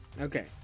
Okay